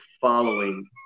following